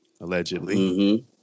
allegedly